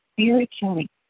Spiritually